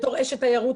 כאשת תיירות,